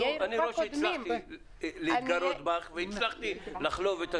אני רואה שהצלחתי להתגרות בך והצלחתי לחלוב את התשובה.